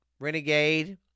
Renegade